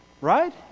Right